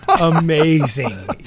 amazing